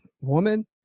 woman